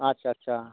আচ্ছা আচ্ছা